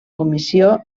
comissió